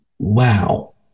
wow